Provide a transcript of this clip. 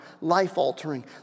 life-altering